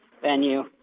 venue